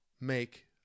make